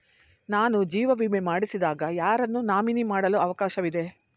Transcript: ನಾನು ಜೀವ ವಿಮೆ ಮಾಡಿಸಿದಾಗ ಯಾರನ್ನು ನಾಮಿನಿ ಮಾಡಲು ಅವಕಾಶವಿದೆ?